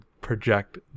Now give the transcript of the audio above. project